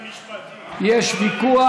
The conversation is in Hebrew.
זה עניין משפטי, יש ויכוח.